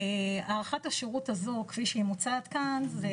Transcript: הארכת השירות הזו כפי שהיא מוצעת כאן זו